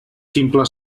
ximple